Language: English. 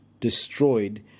destroyed